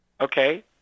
Okay